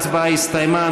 ההצבעה הסתיימה.